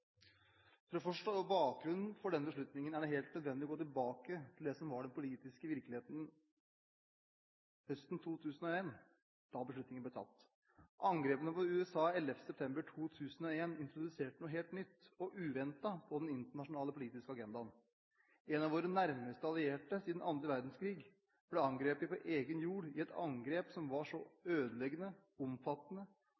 det som var den politiske virkeligheten høsten 2001, da beslutningen ble tatt. Angrepene på USA 11. september 2001 introduserte noe helt nytt og uventet på den internasjonale politiske agendaen. En av våre nærmeste allierte siden annen verdenskrig ble angrepet på egen jord i et angrep som var så